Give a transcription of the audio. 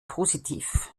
positiv